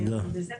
וזהו.